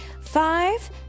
five